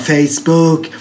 Facebook